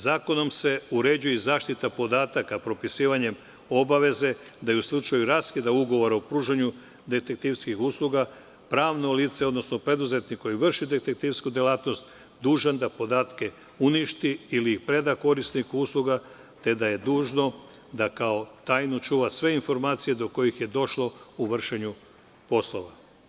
Zakonom se uređuje i zaštita podataka propisivanjem obaveze da i u slučaju raskida ugovora o pružanju detektivskih usluga, pravno lice, odnosno preduzetnik koji vrši detektivsku delatnost dužan je da podatke uništi ili preda korisniku usluga, te da je dužan da kao tajnu čuva sve informacije do kojih je došao u vršenju poslova.